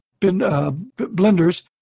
blenders